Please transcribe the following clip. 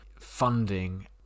funding